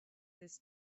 this